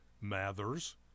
Mathers